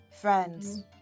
Friends